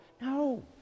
No